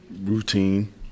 routine